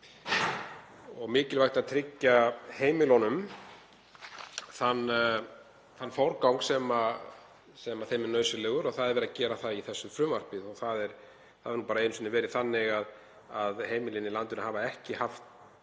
og mikilvægt að tryggja heimilunum þann forgang sem þeim er nauðsynlegur og það er verið að gera það í þessu frumvarpi. Það hefur bara einu sinni verið þannig að heimilin í landinu hafa ekki haft